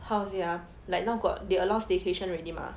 how to say ah like now got they allow staycation already mah